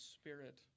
Spirit